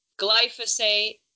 glyphosate